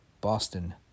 Boston